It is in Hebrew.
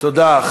תודה.